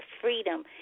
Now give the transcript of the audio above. freedom